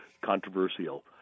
controversial